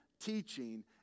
teaching